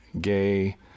gay